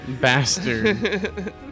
Bastard